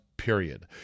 Period